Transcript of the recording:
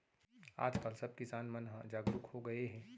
आज काल सब किसान मन ह जागरूक हो गए हे